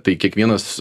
tai kiekvienas